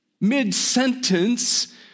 mid-sentence